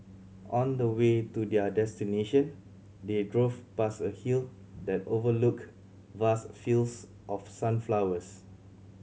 on the way to their destination they drove past a hill that overlooked vast fields of sunflowers